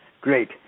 Great